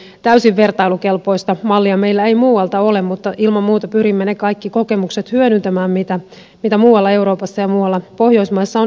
näin ollen täysin vertailukelpoista mallia meillä ei muualta ole mutta ilman muuta pyrimme hyödyntämään ne kaikki kokemukset mitä muualla euroopassa ja muualla pohjoismaissa on